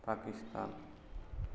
Pakistan